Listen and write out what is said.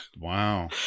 Wow